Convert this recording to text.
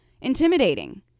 intimidating